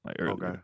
Okay